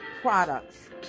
products